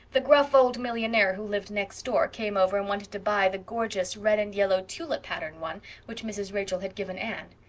the gruff old millionaire who lived next door came over and wanted to buy the gorgeous red and yellow tulip-pattern one which mrs. rachel had given anne.